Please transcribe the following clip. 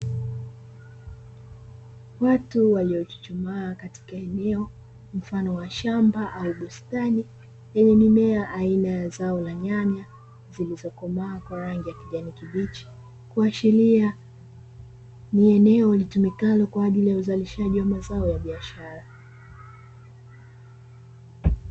Watu walio chuchumaa katika eneo mfano wa shamba au bustani lenye mimea aina ya nyanya, zilizokomaaa kwa rangi ya kijani kibichi kuashiria ni eneo litumikalo kwa ajili ya uzalishaji wa mazao ya biashara.